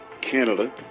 Canada